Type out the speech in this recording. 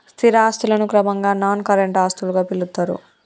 స్థిర ఆస్తులను క్రమంగా నాన్ కరెంట్ ఆస్తులుగా పిలుత్తరు